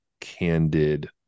candid